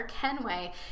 Kenway